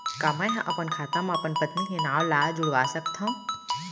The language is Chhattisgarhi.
का मैं ह अपन खाता म अपन पत्नी के नाम ला जुड़वा सकथव?